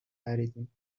خریدیم